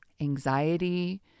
anxiety